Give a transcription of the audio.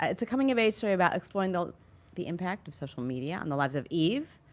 it's a coming of age story about exploring the the impact of social media on the lives of eve,